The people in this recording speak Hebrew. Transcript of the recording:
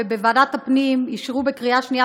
ובוועדת הפנים אישרו בקריאה שנייה